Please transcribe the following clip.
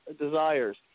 desires